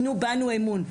תנו בנו אמון.